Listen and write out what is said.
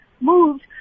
moved